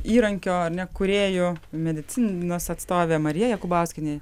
įrankio ar ne kurėjų medicinos atstovė marija jakubauskienė